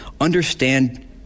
understand